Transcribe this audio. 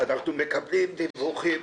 אני רוצה להגיד תודה רבה על משפט המפתח